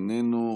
איננו,